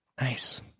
nice